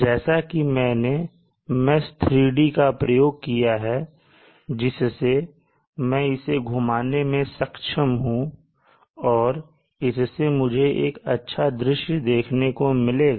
जैसे कि मैंने mesh 3D का प्रयोग किया है जिससे मैं इसे घुमाने में सक्षम हूं और इससे मुझे एक अच्छा दृश्य देखने को मिलेगा